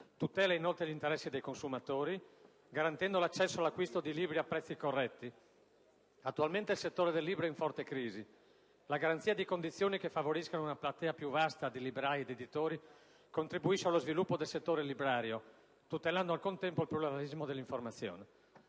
tutela inoltre gli interessi dei consumatori, garantendo l'accesso all'acquisto di libri a prezzi corretti. Attualmente il settore del libro è in forte crisi. La garanzia di condizioni che favoriscano una platea più vasta di librai ed editori contribuisce allo sviluppo del settore librario, tutelando al contempo il pluralismo dell'informazione.